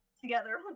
together